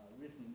written